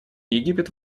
египет